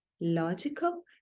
logical